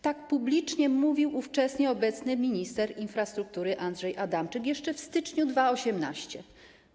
Tak publicznie mówił ówczesny i obecny minister infrastruktury Andrzej Adamczyk jeszcze w styczniu 2018 r.